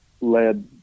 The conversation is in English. led